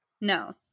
No